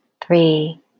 three